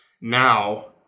now